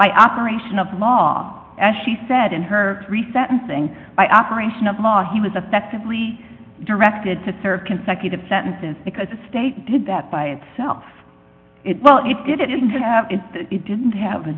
by operation of law as she said in her three sentencing by operation of law he was affectively directed to serve consecutive sentences because the state did that by itself it well it didn't have it it didn't have a